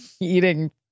eating